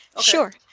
sure